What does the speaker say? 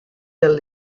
del